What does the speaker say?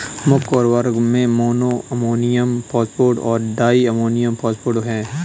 मुख्य उर्वरक में मोनो अमोनियम फॉस्फेट और डाई अमोनियम फॉस्फेट हैं